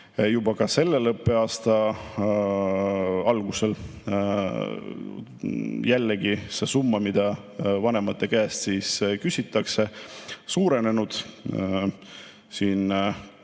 juba ka selle õppeaasta alguses jällegi see summa, mida vanemate käest küsitakse, suurenenud, kui